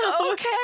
okay